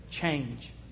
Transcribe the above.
Change